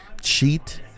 Cheat